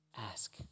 ask